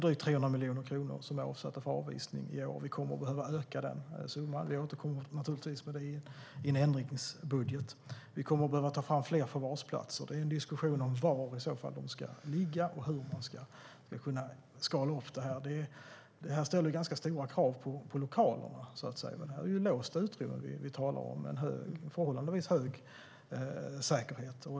Drygt 300 miljoner kronor är avsatta för avvisning i år. Vi kommer att behöva öka den summan, och det återkommer vi med i en ändringsbudget. Vi kommer att behöva ta fram fler förvarsplatser, och det pågår en diskussion om var de ska ligga och hur vi ska kunna skala upp det. Det ställer ganska stora krav på lokalerna eftersom vi talar om låsta utrymmen med en förhållandevis hög säkerhet.